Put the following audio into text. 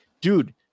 dude